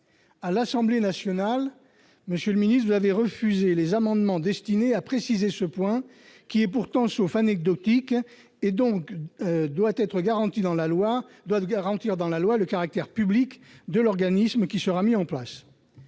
À l'Assemblée nationale, monsieur le ministre, vous avez rejeté les amendements destinés à préciser ce point, qui est pourtant tout sauf anecdotique, et ainsi refusé de garantir dans la loi le caractère public de l'organisme qui sera mis en place.